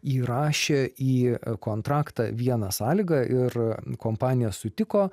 įrašė į kontraktą vieną sąlygą ir kompanija sutiko